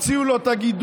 שבו הוציאו לו את הגידול.